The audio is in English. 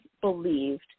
believed